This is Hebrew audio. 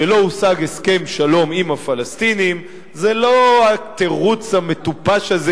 שלא הושג הסכם שלום עם הפלסטינים זה לא התירוץ המטופש הזה,